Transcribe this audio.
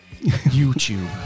YouTube